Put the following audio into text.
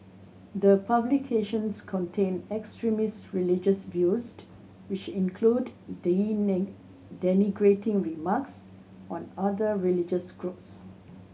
the publications contain extremist religious views which include denigrating remarks on other religious groups